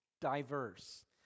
diverse